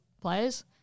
players